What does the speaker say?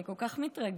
אני כל כך מתרגשת.